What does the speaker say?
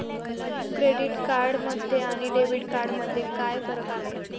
Credit card आणि debit card यामध्ये काय फरक आहे?